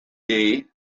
day